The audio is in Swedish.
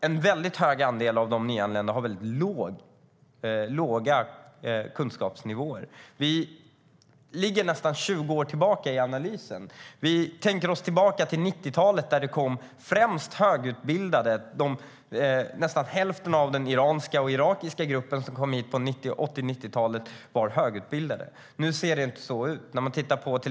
En hög andel av de nyanlända har låg kunskapsnivå. I analysen ligger vi nästan 20 år efter. På 1980 och 1990-talen kom många högutbildade. Nästan hälften av de iranier och irakier som kom hit då var högutbildade. Men nu ser det inte ut så.